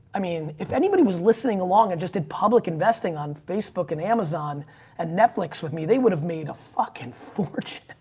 i mean if anybody was listening along and just did public investing on facebook and amazon and netflix with me, they would've made a fucking fortune.